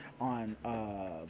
On